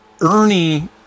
ernie